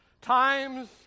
times